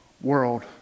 world